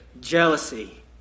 jealousy